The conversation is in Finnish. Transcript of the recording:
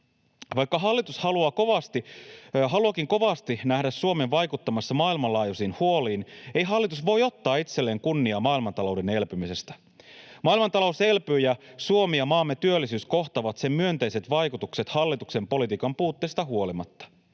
Vaikka hallitus haluaakin kovasti nähdä Suomen vaikuttamassa maailmanlaajuisiin huoliin, ei hallitus voi ottaa itselleen kunniaa maailmantalouden elpymisestä. Maailmantalous elpyy, ja Suomi ja maamme työllisyys kohtaavat sen myönteiset vaikutukset hallituksen politiikan puutteista huolimatta.